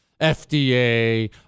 FDA